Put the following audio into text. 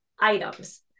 items